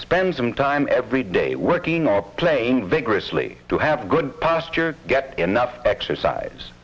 spend some time every day working or playing vigorously to have a good posture get enough exercise